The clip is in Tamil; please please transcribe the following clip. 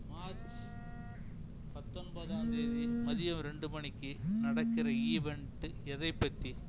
மார்ச் பத்தொன்பதாம் தேதி மதியம் ரெண்டு மணிக்கு நடக்கிற ஈவென்ட் எதைப் பற்றி